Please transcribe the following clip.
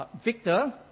Victor